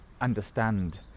understand